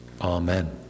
amen